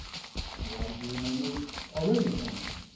your average reader may know already a thing or two,